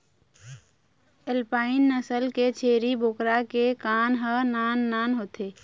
alpine नसल के छेरी बोकरा के कान ह नान नान होथे